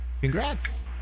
Congrats